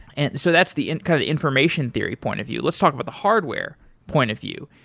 and so that's the and kind of information theory point of view. let's talk about the hardware point of view.